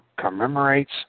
commemorates